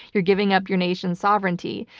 you're giving up your nation's sovereignty.